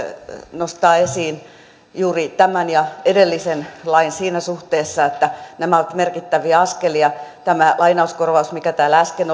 nostaa esiin juuri tämän ja edellisen lain siinä suhteessa että nämä ovat merkittäviä askelia tämä lainauskorvaus mikä täällä äsken